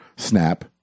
snap